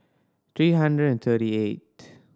three hundred and thirty eighth